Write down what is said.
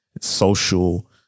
social